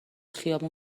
خیابون